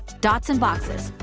dots and boxes.